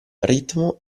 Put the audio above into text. ritmo